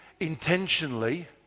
intentionally